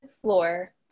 floor